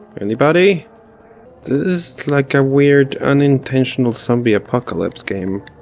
anybody? this is like a weird unintentional zombie apocalypse game.